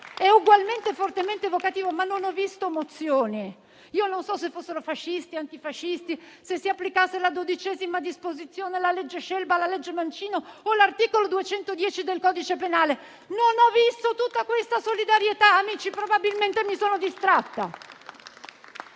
è ugualmente fortemente evocativo. Non ho visto, però, mozioni. Non so se si trattasse di fascisti o di antifascisti, se si applicasse la XII disposizione, la legge Scelba, la legge Mancino o l'articolo 210 del codice penale. Non ho visto tutta questa solidarietà, amici, ma probabilmente mi sono distratta.